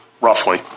roughly